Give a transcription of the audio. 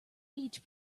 each